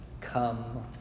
Come